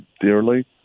dearly